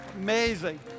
Amazing